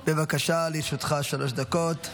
בבקשה, לרשותך שלוש דקות.